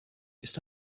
ist